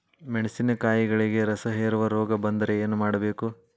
ಮೆಣಸಿನಕಾಯಿಗಳಿಗೆ ರಸಹೇರುವ ರೋಗ ಬಂದರೆ ಏನು ಮಾಡಬೇಕು?